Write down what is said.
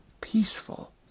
peaceful